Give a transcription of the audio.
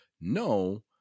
no